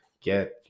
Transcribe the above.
get